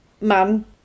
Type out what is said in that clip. man